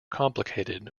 complicated